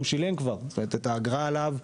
הוא שילם את האגרה עליו,